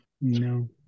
No